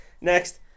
Next